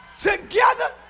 together